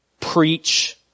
Preach